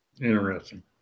Interesting